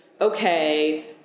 okay